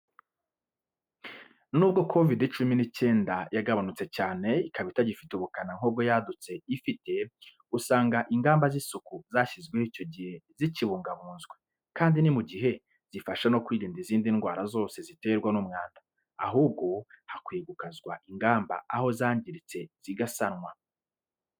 N'ubwo kovide cumi n'icyenda yagabanutse cyane, ikaba itagifite ubukana nk'ubwo yadutse ifite, usanga ingamba z'isuku zashyizweho icyo gihe zikibungabunzwe, kandi ni mu gihe, zifasha no kwirinda izindi ndwara zose ziterwa n'umwanda; ahubwo hakwiye gukazwa ingamba aho zangiritse zigasanwa.